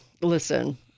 listen